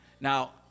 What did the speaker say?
Now